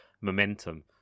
momentum